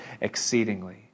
exceedingly